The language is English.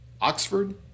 Oxford